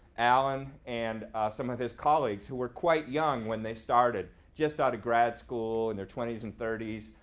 alan and some of his colleagues, who were quite young when they started, just out of grad school in their twenty s and thirty s,